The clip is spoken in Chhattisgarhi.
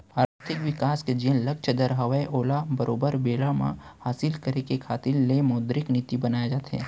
आरथिक बिकास के जेन लक्छ दर हवय ओला बरोबर बेरा म हासिल करे के खातिर ले ही मौद्रिक नीति बनाए जाथे